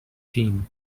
team